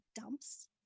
dumps